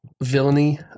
villainy